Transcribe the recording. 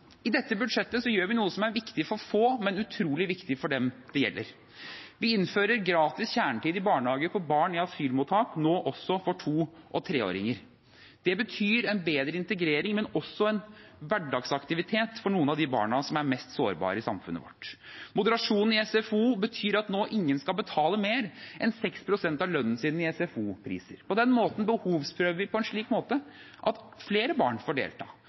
I dette budsjettet gjør vi noe som er viktig for få, men utrolig viktig for dem det gjelder. Vi innfører gratis kjernetid i barnehagen for barn i asylmottak også for to- og treåringer. Det betyr en bedre integrering, men også en hverdagsaktivitet for noen av de barna som er mest sårbare i samfunnet vårt. Moderasjonen i SFO betyr at ingen nå skal betale mer enn 6 pst. av lønnen sin i SFO-priser. Ved det behovsprøver vi på en slik måte at flere barn får delta,